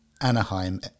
Anaheim